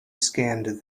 scanned